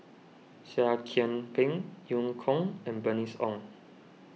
Seah Kian Peng Eu Kong and Bernice Ong